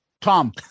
Tom